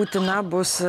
būtina bus